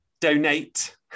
donate